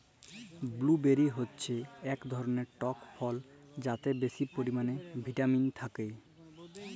blueberry হচ্যে এক ধরলের টক ফল যাতে বেশি পরিমালে ভিটামিল থাক্যে